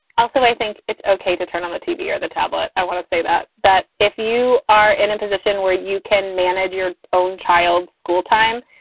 also, i think it's ok to turn on the tv or the tablet, i want to say that that if you are in a position where you can manage your own child's school time,